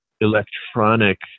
electronic